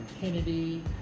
Kennedy